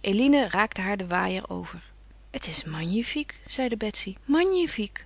eline reikte haar den waaier over het is magnifique zeide betsy magnifique